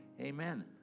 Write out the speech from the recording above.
amen